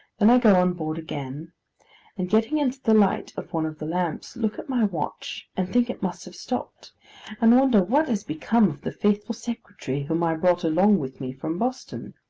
then i go on board again and getting into the light of one of the lamps, look at my watch and think it must have stopped and wonder what has become of the faithful secretary whom i brought along with me from boston.